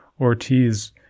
Ortiz